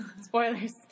spoilers